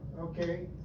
Okay